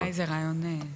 בעיני זה רעיון טוב.